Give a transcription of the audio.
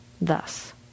Thus